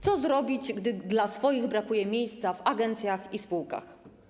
Co zrobić, gdy dla swoich brakuje miejsca w agencjach i spółkach?